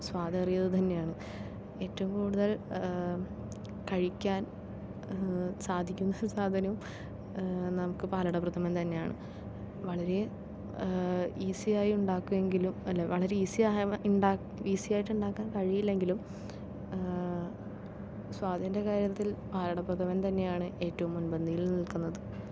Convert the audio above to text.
സ്വാദേറിയത് തന്നെയാണ് ഏറ്റവും കൂടുതൽ കഴിക്കാൻ സാധിക്കുന്ന സാധനവും നമുക്ക് പാലട പ്രഥമൻ തന്നെയാണ് വളരെ ഈസിയായി ഉണ്ടാക്കുമെങ്കിലും അല്ല വളരെ ഈസിയായി ഈസിയായിട്ട് ഉണ്ടാക്കാൻ കഴിയില്ലെങ്കിലും സ്വാദിന്റെ കാര്യത്തിൽ പാലടപ്രഥമൻ തന്നെയാണ് ഏറ്റവും മുൻപന്തിയിൽ നിൽക്കുന്നത്